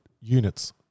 units